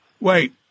Wait